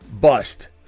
bust